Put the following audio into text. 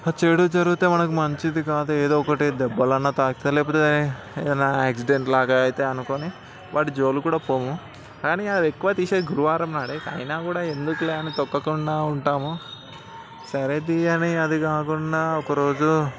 ఆ చెడు జరిగితే మనకి మంచిది కాదు ఏదోకటి దెబ్బలన్నా తాకుతాయి లేకపోతే ఏదన్నా యాక్సిడెంట్లాగా అయితాయి అనుకుని వాటి జోలికి కూడా పోము కాని అవి ఎక్కువ తీసేది గురువారం నాడే అయినా కూడా ఎందుకు అని తొక్కకుండా ఉంటాము సరే తీ అని అదికాకుండా ఒక రోజు